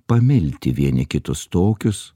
pamilti vieni kitus tokius